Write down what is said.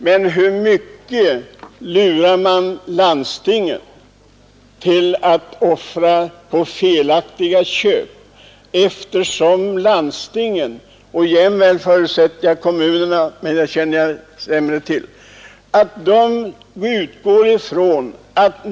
Men hur mycket lurar man därigenom landstingen att offra på felaktiga inköp?